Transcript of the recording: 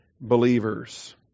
believers